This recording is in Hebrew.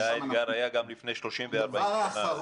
זה האתגר שהיה גם לפני 30 ו-40 שנה.